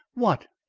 what?